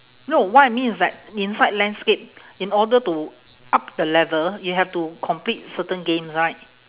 no what I mean is like inside landscape in order to up the level you have to complete certain games right